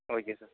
okay sir